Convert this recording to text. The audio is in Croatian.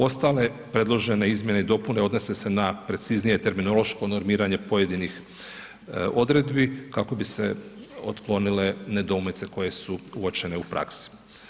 Ostale predložene izmjene i dopune odnose se na preciznije terminološko normiranje pojedinih odredbi, kako bi se otklonile nedoumice koje su uočene u praksi.